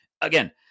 again